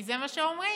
כי זה מה שאומרים: